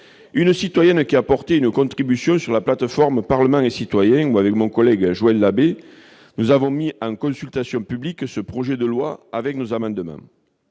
une citoyenne qui a apporté une contribution sur la plateforme « Parlement & citoyens » où, avec mon collègue Joël Labbé, nous avons mis en consultation publique ce projet de loi et nos amendements.